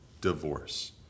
divorce